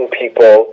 people